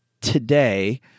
today